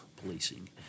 policing